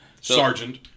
sergeant